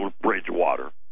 Bridgewater